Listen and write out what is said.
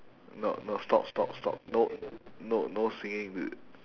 no no stop stop stop no n~ no no singing